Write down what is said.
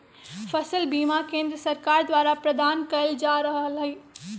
फसल बीमा केंद्र सरकार द्वारा प्रदान कएल जा रहल हइ